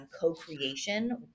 co-creation